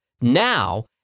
Now